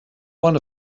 one